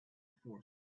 force